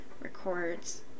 records